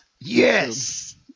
Yes